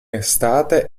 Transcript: estate